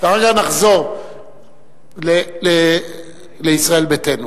אחרי זה נחזור לישראל ביתנו.